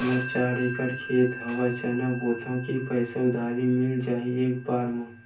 मोर चार एकड़ खेत हवे चना बोथव के पईसा उधारी मिल जाही एक बार मा?